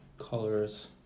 colors